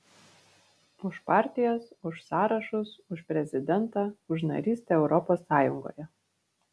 už partijas už sąrašus už prezidentą už narystę europos sąjungoje